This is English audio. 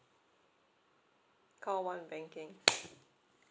call one banking